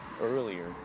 earlier